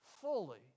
fully